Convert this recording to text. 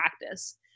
practice